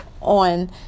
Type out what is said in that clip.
on